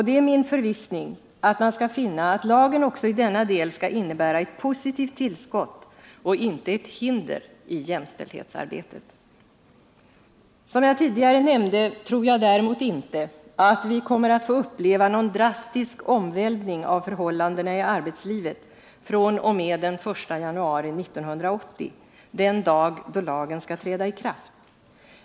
Det är min förvissning att man skall finna att lagen också i denna del skall innebära ett positivt tillskott och inte ett hinder i jämställdhetsarbetet. Som jag tidigare nämnde tror jag däremot inte att vi kommer att få uppleva någon drastisk omvälvning av förhållandena i arbetslivet fr.o.m. den 1 januari 1980, den dag då lagen skall träda i kraft.